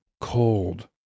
Cold